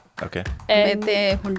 Okay